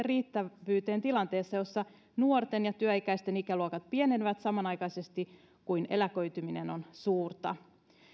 riittävyyteen tilanteessa jossa nuorten ja työikäisten ikäluokat pienenevät samanaikaisesti kun eläköityminen on suurta